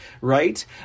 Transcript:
right